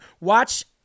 watch